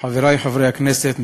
חברי חברי הכנסת,